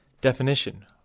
Definition